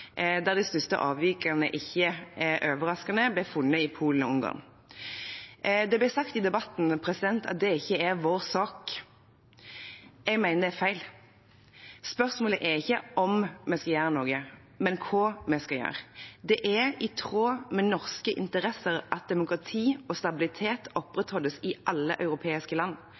der de største avvikene, ikke overraskende, ble funnet i Polen og Ungarn. Det ble sagt i debatten at det ikke er vår sak. Jeg mener det er feil. Spørsmålet er ikke om vi skal gjøre noe, men hva vi skal gjøre. Det er i tråd med norske interesser at demokrati og stabilitet opprettholdes i alle europeiske land,